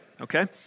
okay